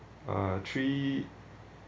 uh three